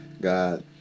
God